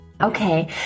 Okay